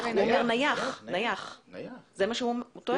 זה מה שהוא אומר, נייח.